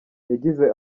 yagize